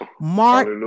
Mark